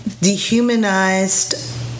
dehumanized